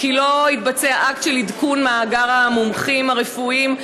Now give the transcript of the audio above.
כי לא התבצע אקט של עדכון מאגר המומחים הרפואיים,